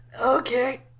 Okay